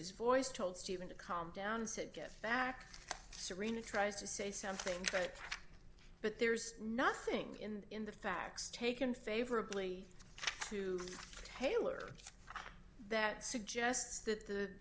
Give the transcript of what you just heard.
his voice told steven to calm down and said get back serina tries to say something but there's nothing in the facts taken favorably to taylor that suggests that the